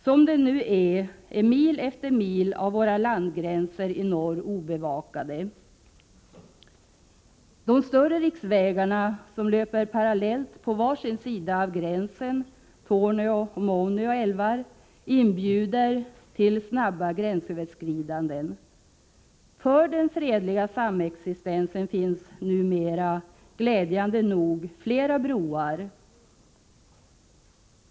Som det nu är, är mil efter mil av våra landgränser i norr obevakade. De större riksvägarna, som löper parallellt på var sin sida av gränsen — Torne och Muonio älvar —- inbjuder till snabba gränsöverskridanden. För den fredliga samexistensen finns det numera glädjande nog flera broar.